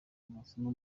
amasomo